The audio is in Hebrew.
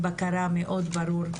אנחנו רואים דברים,